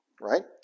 right